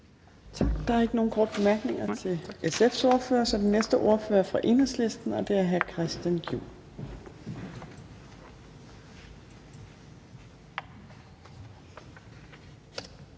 Tak. Der er ikke nogen korte bemærkninger til SF's ordfører. Og så er den næste ordfører fra Enhedslisten, og det er hr. Christian Juhl.